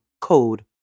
code